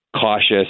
cautious